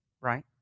right